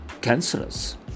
cancerous